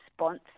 response